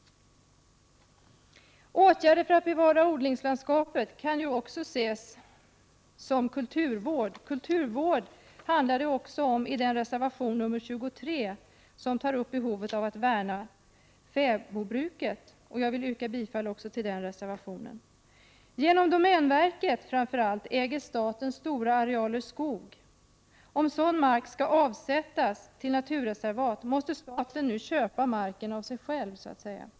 Åtgärder för att bevara odlingslandskapet skall också ses som kulturvård. Kulturvård handlar det också om i reservation 23 som tar upp behovet av att värna fäbodbruket, och jag vill yrka bifall även till den reservationen. Framför allt genom domänverket äger staten stora arealer skog. Om sådan mark skall avsättas till naturreservat, måste staten nu så att säga köpa marken av sig själv.